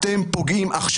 אחרי זה אני מבקש לשמוע